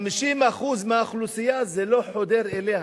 50% מהאוכלוסייה, זה לא חודר אליה.